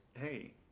hey